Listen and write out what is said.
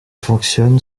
fonctionne